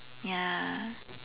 ya